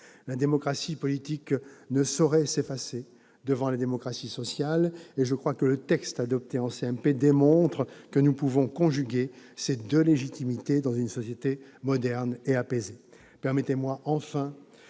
La démocratie politique ne saurait s'effacer devant la démocratie sociale, et je crois que le texte adopté en CMP démontre que nous pouvons conjuguer ces deux légitimités dans une société moderne et apaisée.